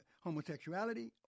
homosexuality